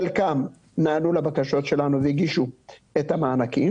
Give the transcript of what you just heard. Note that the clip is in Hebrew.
חלקם נענו לבקשות שלנו והגישו את המענקים